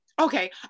Okay